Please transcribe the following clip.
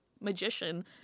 magician